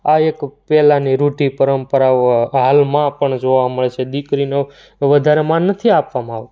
આ એક પહેલાંની રૂઢિ પરંપરાઓ હાલમાં પણ જોવા મળે છે દીકરીનો વધારે માન નથી આપવામાં આવ